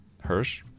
Hirsch